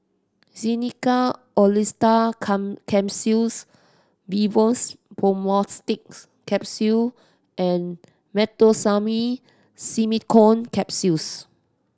Xenical Orlistat Come Capsules Vivomixx Probiotics Capsule and Meteospasmyl Simeticone Capsules